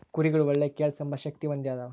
ಕುರಿಗುಳು ಒಳ್ಳೆ ಕೇಳ್ಸೆಂಬ ಶಕ್ತಿ ಹೊಂದ್ಯಾವ